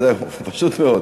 פשוט מאוד.